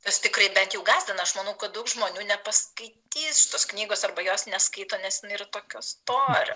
tas tikrai bent jau gąsdina aš manau kad daug žmonių nepaskaitys tos knygos arba jos neskaito nes jin yra tokio storio